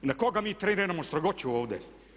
Ne koga mi treniramo strogoću ovdje?